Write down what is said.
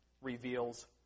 reveals